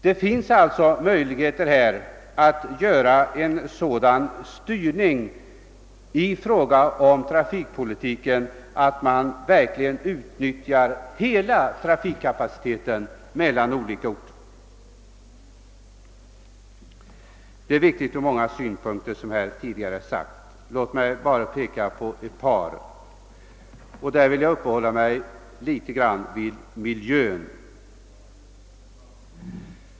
Det finns alltså möjligheter att åstadkomma en sådan styrning i fråga om trafikpolitiken att man verkligen utnyttjar hela trafikkapaciteten mellan olika orter. Detta är viktigt ur flera synpunkter, som redan har berörts i debatten. Jag skall peka på ett par av dessa och först då uppehålla mig något vid miljön.